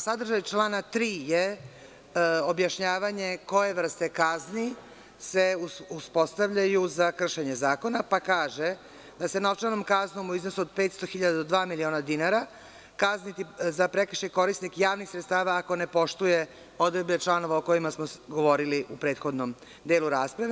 Sadržaj člana 3. je objašnjavanje koje vrste kazni se uspostavljaju za kršenje zakona, pa kaže da se novčanom kaznom u iznosu od 500.000 do dva miliona dinara kazniti za prekršaj korisnik javnih sredstava ako ne poštuje odredbe članova o kojima smo govorili u prethodnom delu rasprave.